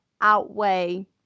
outweigh